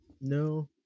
No